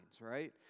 right